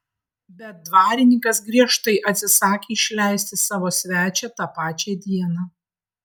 bet dvarininkas griežtai atsisakė išleisti savo svečią tą pačią dieną